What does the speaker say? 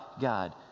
God